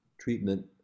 treatment